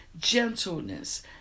Gentleness